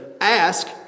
ask